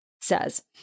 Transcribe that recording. says